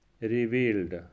revealed